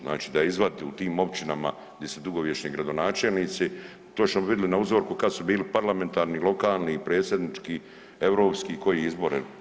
Znači da izvaditi u tim općinama gdje su dugovječni gradonačelnici točno bi vidjeli na uzorku kad su bili parlamentarni, lokalni, predsjednički, europski, koji izbori.